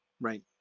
right